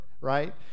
right